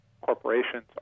corporations